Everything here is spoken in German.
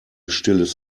stilles